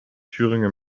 thüringer